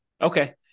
Okay